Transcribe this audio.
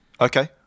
Okay